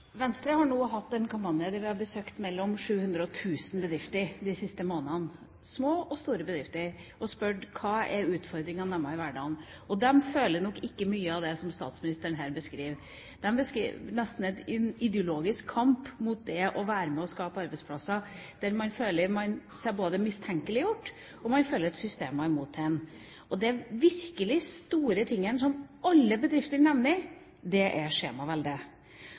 Venstre har nå hatt en kampanje der vi har besøkt mellom 700 og 1 000 bedrifter de siste månedene – små og store bedrifter – og spurt om hva som er utfordringene for dem i hverdagen. De føler nok ikke mye av det som statsministeren her beskriver. De beskriver nesten en ideologisk kamp mot dem som er med på å skape arbeidsplasser, der man føler seg mistenkeliggjort, og man føler at systemet er mot dem. Og den virkelig store tingen som alle bedrifter nevner, er skjemaveldet.